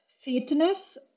fitness